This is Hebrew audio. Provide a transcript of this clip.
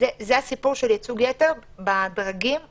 זה הסיפור של ייצוג יתר בדרגים הזוטרים.